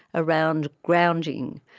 around grounding.